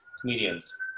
comedians